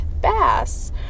Bass